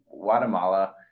Guatemala